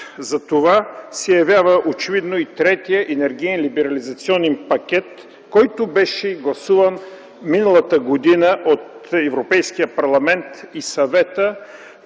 за това, се явява очевидно и Третият енергиен либерализационен пакет, който беше гласуван миналата година от Европейския парламент и Съвета